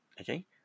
Okay